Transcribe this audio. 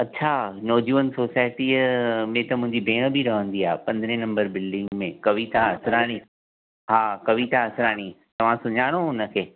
अच्छा नव जीवन सोसाइटीअ में त मुंहिंजी भेण बि रहंदी आहे पंद्रहें नंबर बिल्डिंग में कविता असराणी हा कविता असराणी तव्हां सुञाणो हुन खे